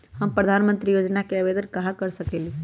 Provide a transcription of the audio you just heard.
हम प्रधानमंत्री योजना के आवेदन कहा से कर सकेली?